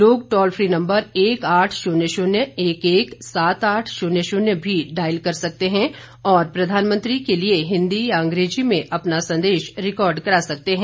लोग toll free number एक आठ शून्य शून्य एक एक सात आठ शून्य शून्य भी डायल कर सकते हैं और प्रधानमंत्री के लिए हिन्दी या अंग्रेजी में अपना संदेश रिकार्ड कर सकते हैं